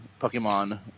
Pokemon